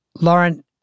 Lauren